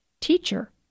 Teacher